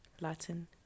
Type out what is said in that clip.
latin